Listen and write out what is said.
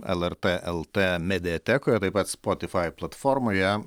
lrt lt mediatekoje taip pat spotifai platformoje